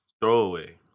throwaway